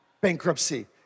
bankruptcy